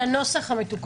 על הנוסח המתוקן.